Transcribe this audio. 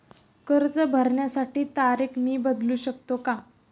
कर्ज भरण्याची तारीख मी बदलू शकतो का?